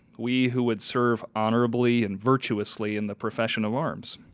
we who would served honorably and virtuously in the profession of arms.